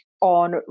on